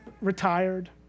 retired